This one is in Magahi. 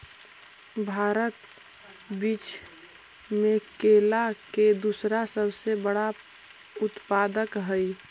भारत विश्व में केला के दूसरा सबसे बड़ा उत्पादक हई